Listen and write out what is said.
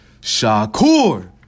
Shakur